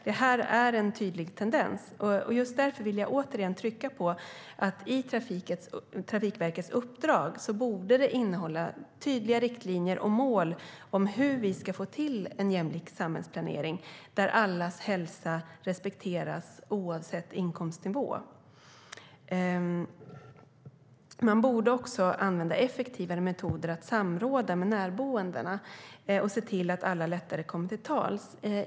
Det är en tydlig tendens. Man borde använda effektivare metoder för att samråda med de närboende och se till att alla lättare kommer till tals.